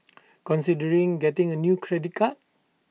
considering getting A new credit card